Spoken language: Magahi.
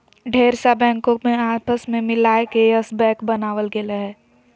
ढेर सा बैंको के आपस मे मिलाय के यस बैक बनावल गेलय हें